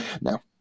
Now